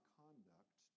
conduct